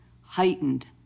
heightened